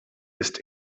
ist